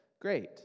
great